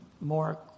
more